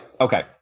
okay